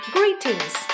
Greetings